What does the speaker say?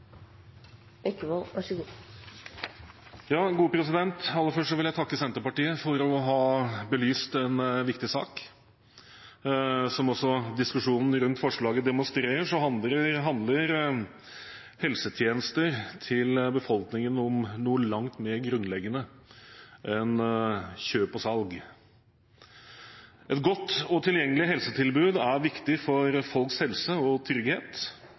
Aller først vil jeg takke Senterpartiet for å ha belyst en viktig sak. Som også diskusjonen rundt forslaget demonstrerer, handler helsetjenester til befolkningen om noe langt mer grunnleggende enn kjøp og salg. Et godt og tilgjengelig helsetilbud er viktig for folks helse og trygghet.